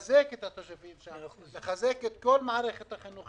שלא חוזר על עצמו במקומות אחרים